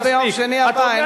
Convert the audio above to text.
אנחנו נצביע ביום שני הבא.